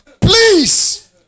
Please